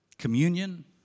communion